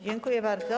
Dziękuję bardzo.